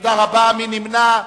מי נמנע?